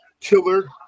killer